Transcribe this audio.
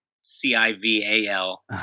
C-I-V-A-L